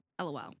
LOL